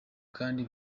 kandi